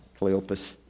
Cleopas